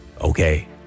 Okay